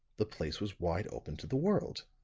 the place was wide open to the world.